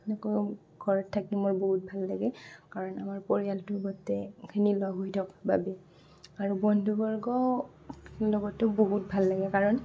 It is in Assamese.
সেনেকৈ ঘৰত থাকি মোৰ বহুত ভাল লাগে কাৰণ আমাৰ পৰিয়ালটো গোটেইখিনি লগ হৈ থাকোঁ বাবে আৰু বন্ধুবৰ্গৰ লগতো বহুত ভাল লাগে কাৰণ